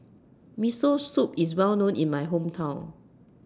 Miso Soup IS Well known in My Hometown